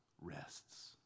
rests